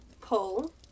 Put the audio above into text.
pull